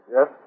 Yes